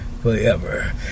forever